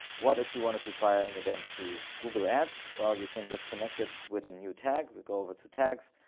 what if you wanted to find an event to google ads? well, you can just connected with a new tag, we go over to tags,